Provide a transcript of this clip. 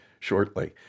shortly